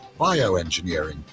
Bioengineering